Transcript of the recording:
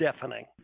deafening